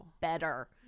better